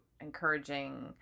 encouraging